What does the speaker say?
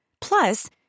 Plus